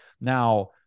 now